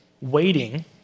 waiting